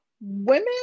women